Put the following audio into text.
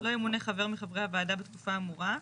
לא ימונה חבר מחברי הוועדה בתקופה האמורה.